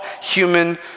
human